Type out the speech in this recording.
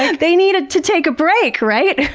and they need ah to take a break, right!